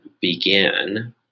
begin